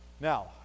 now